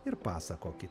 ir pasakokit